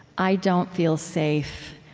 i don't feel safe.